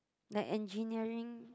like engineering